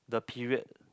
the period